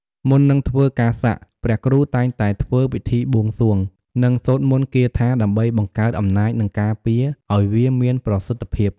មុននឹងធ្វើការសាក់ ព្រះគ្រូតែងតែធ្វើពិធីបួងសួង និងសូត្រមន្តគាថា ដើម្បីបង្កើតអំណាច និងការពារអោយវាមានប្រសិទ្ធភាព។